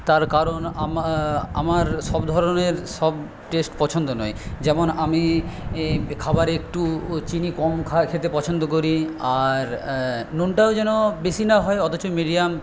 তার কারণ আমার সব ধরনের সব টেস্ট পছন্দ নয় যেমন আমি খাবারে একটু চিনি কম খাই খেতে পছন্দ করি আর নুনটাও যেন বেশি না হয় অথচ মিডিয়াম